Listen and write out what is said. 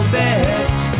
best